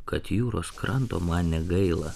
kad jūros kranto man negaila